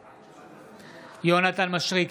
בעד יונתן מישרקי,